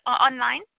online